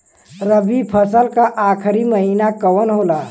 रवि फसल क आखरी महीना कवन होला?